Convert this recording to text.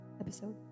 Episode